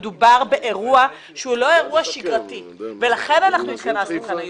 מדובר באירוע שהוא לא אירוע שגרתי ולכן אנחנו התכנסנו כאן היום.